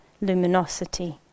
luminosity